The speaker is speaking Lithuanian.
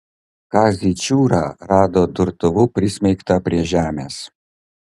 kazį čiūrą rado durtuvu prismeigtą prie žemės